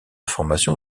formation